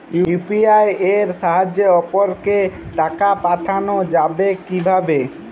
UPI এর সাহায্যে অপরকে টাকা পাঠানো যাবে কিভাবে?